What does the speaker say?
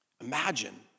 imagine